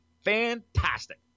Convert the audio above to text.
fantastic